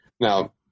Now